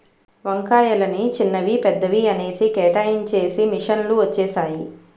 వంకాయలని చిన్నవి పెద్దవి అనేసి కేటాయించేసి మిషన్ లు వచ్చేసాయి